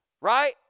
right